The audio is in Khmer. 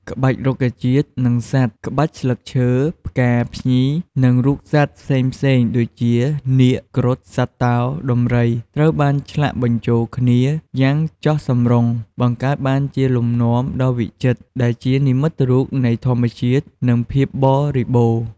ក្បាច់រុក្ខជាតិ និងសត្វ ក្បាច់ស្លឹកឈើ ផ្កា ភ្ញី និងរូបសត្វផ្សេងៗដូចជា នាគ គ្រុឌ សត្វតោ ដំរី ត្រូវ បានឆ្លាក់បញ្ចូលគ្នាយ៉ាងចុះសម្រុង បង្កើតបានជាលំនាំដ៏វិចិត្រ ដែលជានិមិត្តរូបនៃធម្មជាតិ និងភាពបរិបូរណ៌។